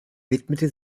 widmete